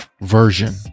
version